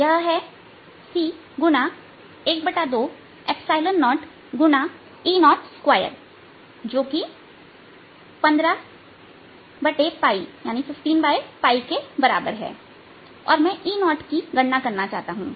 यह है c x 12 𝛆0 x E02 जो कि 15𝝅 के बराबर है और मैं E0 की गणना करना चाहता हूं